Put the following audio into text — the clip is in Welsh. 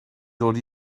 dod